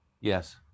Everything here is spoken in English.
Yes